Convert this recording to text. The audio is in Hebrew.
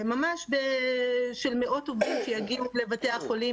ממש של מאות עובדים שיגיעו לבתי החולים